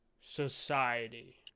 society